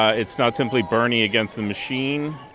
ah it's not simply bernie against the machine,